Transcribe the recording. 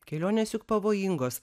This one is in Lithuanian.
kelionės juk pavojingos